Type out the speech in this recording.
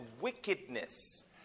wickedness